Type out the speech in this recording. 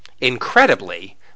incredibly